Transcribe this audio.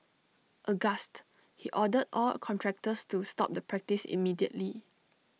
aghast he ordered all contractors to stop the practice immediately